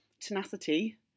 tenacity